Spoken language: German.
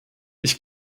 ich